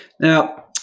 Now